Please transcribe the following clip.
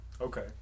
Okay